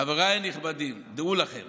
חבריי הנכבדים, דעו לכם